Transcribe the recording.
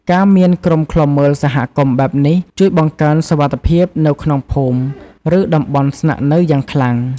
ការមានក្រុមឃ្លាំមើលសហគមន៍បែបនេះ ជួយបង្កើនសុវត្ថិភាពនៅក្នុងភូមិ ឬតំបន់ស្នាក់នៅយ៉ាងខ្លាំង។